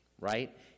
right